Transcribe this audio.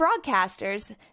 broadcasters